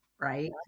Right